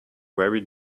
very